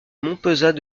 montpezat